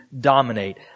dominate